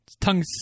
tongue